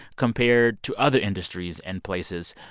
compared to other industries and places.